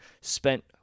spent